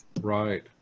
Right